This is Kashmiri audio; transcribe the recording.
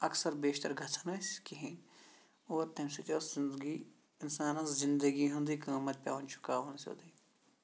اکثر بیشتَر گژھان ٲسۍ کِہیٖنۍ اور تَمہِ سۭتۍ ٲس زندگی اِنسانَس زندگی ہُنٛدُے قۭمَتھ پیٚوان چُکاوُن سیٚودٕے